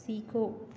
सीखो